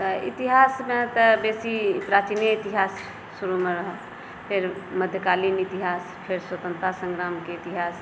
आर आधुनिको इतिहास आधुनिके इतिहासमे स्वतन्त्रता संघर्षके इतिहास अछि